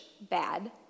bad